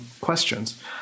questions